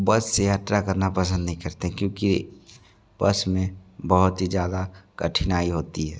बस यात्रा करना पसंद नहीं करते क्योंकि बस में बहुत ही ज़्यादा कठिनाई होती है